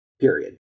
period